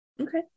Okay